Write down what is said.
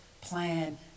plan